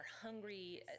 hungry